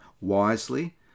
wisely